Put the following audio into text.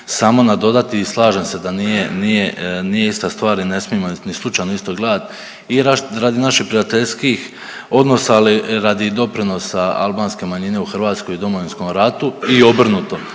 samo nadodati i slažem se da nije, nije, nije ista stvar i ne smijemo je ni slučajno isto gledat i radi naših prijateljskih odnosa, ali i radi doprinosa albanske manjine u Hrvatskoj i Domovinskom ratu i obrnuto